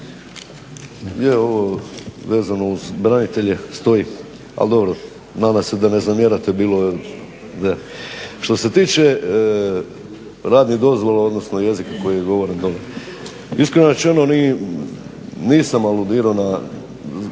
Je ovo vezano uz branitelje stoji, ali dobro. Nadam se da ne zamjerate. Što se tiče radnih dozvola, odnosno jezika koji je govoren dolje, iskreno rečeno nisam aludirao na,